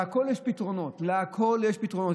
לכול יש פתרונות, לכול יש פתרונות.